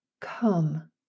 Come